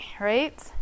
right